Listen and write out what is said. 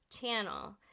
channel